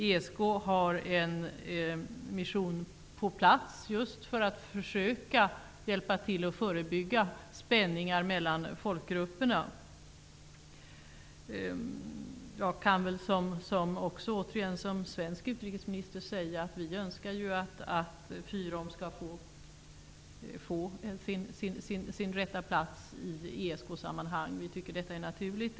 ESK har en mission på plats just för att försöka bidra till att förebygga spänningar mellan folkgrupperna. Jag kan väl också återigen som svensk utrikesminister säga att vi önskar att FYROM skall få sin rätta plats i ESK-sammanhang. Vi tycker att detta är naturligt.